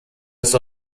ist